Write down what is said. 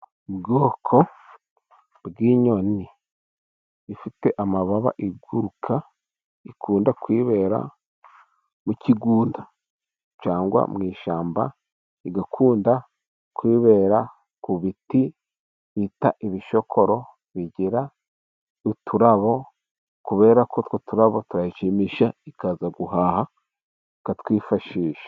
Ubwoko bw'inyoni ifite amababa iguruka, ikunda kwibera mu kigunda cyangwa mu ishyamba, igakunda kwibera ku biti bita ibishokoro, bigira uturabo kubera ko utwo turabo turayishimisha, ikaza guhaha ikatwifashisha.